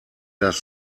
das